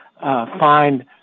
find